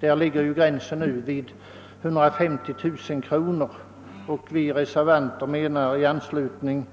Denna gräns ligger för närvarande vid 150 000 kr. Vi reservanter anför i anslutning